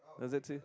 what does that say